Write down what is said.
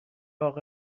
اقا